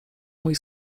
mój